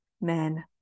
men